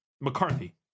McCarthy